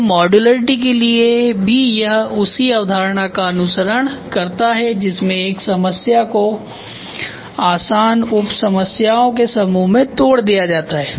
तो मॉडुलरिटी के लिए भी यह उसी अवधारणा का अनुसरण करता है जिसमे एक समस्या को आसान उप समस्याओं के समूह में तोड़ दिया जाता है